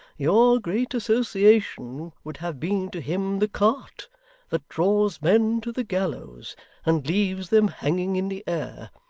your great association would have been to him the cart that draws men to the gallows and leaves them hanging in the air.